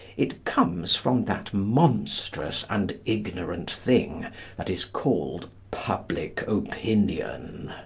it comes from that monstrous and ignorant thing that is called public opinion,